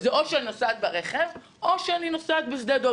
זה או שאני נוסעת ברכב או שאני נוסעת בשדה דב,